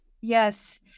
Yes